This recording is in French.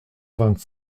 vingt